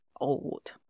old